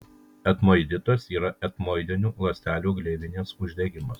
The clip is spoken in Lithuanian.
etmoiditas yra etmoidinių ląstelių gleivinės uždegimas